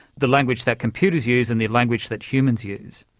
the language that computers use and the language that humans use.